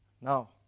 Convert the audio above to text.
now